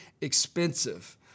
expensive